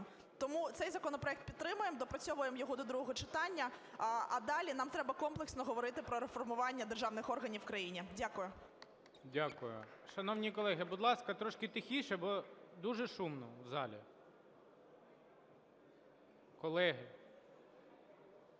Тому цей законопроект підтримуємо. Доопрацьовуємо його до другого читання. А далі нам треба комплексно говорити про реформування державних органів в країні. Дякую. ГОЛОВУЮЧИЙ. Дякую. Шановні колеги, будь ласка, трошки тихіше! Бо дуже шумно в залі. Колеги…